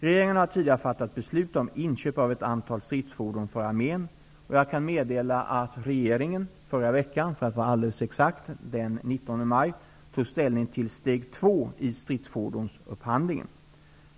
Regeringen har tidigare fattat beslut om inköp av ett antal stridsfordon för armén, och jag kan meddela att regeringen den 19 maj tog ställning till steg två i stridsfordonsupphandlingen.